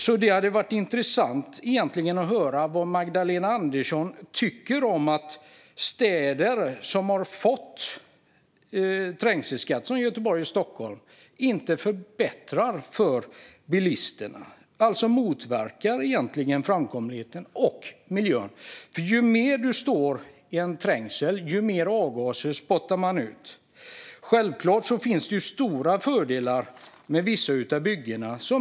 Därför hade det varit intressant att höra vad Magdalena Andersson tycker om att städer som har fått trängselskatt, som Göteborg och Stockholm, inte förbättrar för bilisterna utan alltså egentligen motverkar framkomligheten och belastar miljön. Ju mer man står i trängsel, desto mer avgaser spottar man ju ut. Självklart finns det stora fördelar med vissa av byggena.